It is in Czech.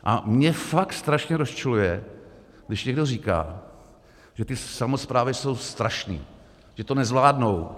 A mě fakt strašně rozčiluje, když někdo říká, že ty samosprávy jsou strašné, že to nezvládnou.